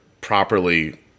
properly